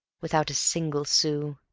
without a single sou.